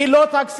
היא לא תקציבית,